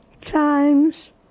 times